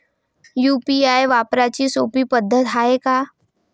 UPI वापराची सोपी पद्धत हाय का?